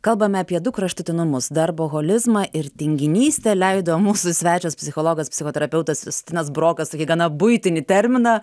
kalbame apie du kraštutinumus darboholizmą ir tinginystę leido mūsų svečias psichologas psichoterapeutas justinas burokas tokį gana buitinį terminą